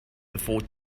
before